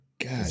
God